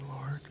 Lord